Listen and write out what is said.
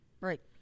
right